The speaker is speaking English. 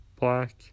black